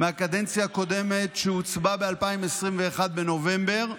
מהקדנציה הקודמת, שהוצבע בנובמבר 2021,